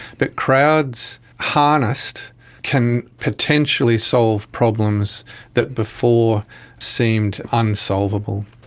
but crowds harnessed can potentially solve problems that before seemed unsolvable.